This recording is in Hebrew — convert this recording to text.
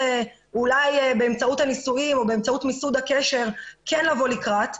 הסוהר אולי באמצעות הנישואין או באמצעות מיסוד הקשר כן לבוא לקראת,